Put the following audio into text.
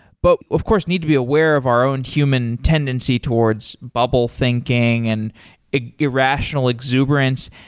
but of course, need to be aware of our own human tendency towards bubble thinking and irrational exuberance.